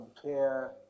compare